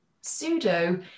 pseudo-